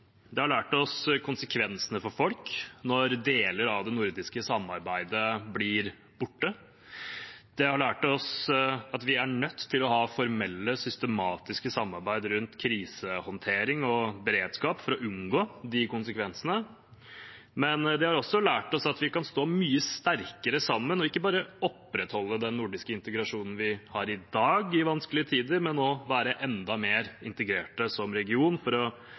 har lært oss konsekvensene for folk når deler av det nordiske samarbeidet blir borte. De har lært oss at vi er nødt til å ha formelle, systematiske samarbeid om krisehåndtering og beredskap for å unngå de konsekvensene. Men de har også lært oss at vi kan stå mye sterkere sammen og ikke bare opprettholde den nordiske integrasjonen vi har i dag, i vanskelige tider, men også være enda mer integrert som region for